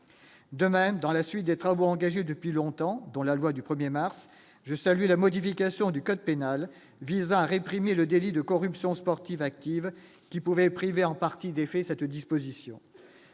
demain dans la suite des travaux engagés depuis longtemps dans la loi du 1er mars je salue la modification du code pénal visant à réprimer le délit de corruption sportive active qui pourrait priver en partie cette disposition